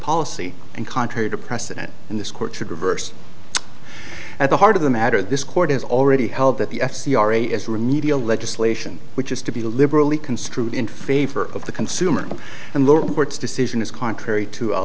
policy and contrary to precedent in this court should reverse at the heart of the matter this court has already held that the f c r a is remedial legislation which is to be liberally construed in favor of the consumer and lower court's decision is contrary to a